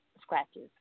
scratches